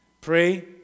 Pray